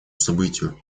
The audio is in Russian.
событию